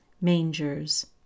mangers